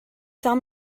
tell